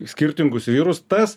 skirtingus vyrus tas